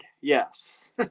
yes